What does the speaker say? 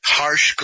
harsh